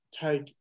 Take